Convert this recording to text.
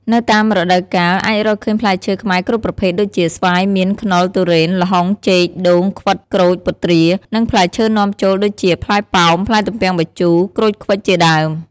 នៅតាមរដូវកាល អាចរកឃើញផ្លែឈើខ្មែរគ្រប់ប្រភេទ ដូចជា ស្វាយ មៀន ខ្នុរ ទុរេន ល្ហុង ចេក ដូង ខ្វិត ក្រូច ពុទ្រា និងផ្លែឈើនាំចូលដូចជា ផ្លែប៉ោម ផ្លែទំពាំងបាយជូរ ក្រូចឃ្វិចជាដើម។